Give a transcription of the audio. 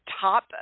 top